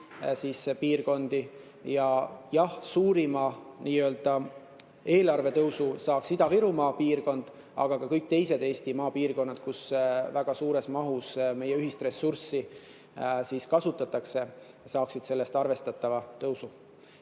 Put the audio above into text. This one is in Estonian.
kõiki piirkondi. Jah, suurima nii-öelda eelarvetõusu saaks Ida-Virumaa piirkond, aga ka kõik teised Eesti maapiirkonnad, kus väga suures mahus meie ühist ressurssi kasutatakse, saaksid sellest arvestatava tõusu.